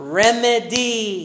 remedy